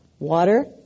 Water